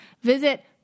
Visit